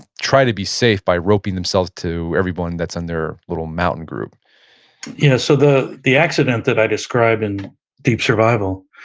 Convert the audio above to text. try to be safe by roping themselves to everyone that's on their little mountain group yeah. so the the accident that i described in deep survival,